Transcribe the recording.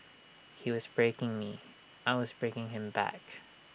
he was breaking me I was breaking him back